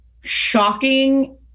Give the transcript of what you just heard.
shocking